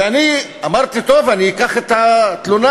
ואני אמרתי: טוב,